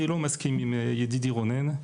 אני לא מסכים עם ידידי רונן,